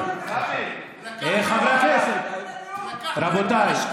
חבר הכנסת, רבותיי.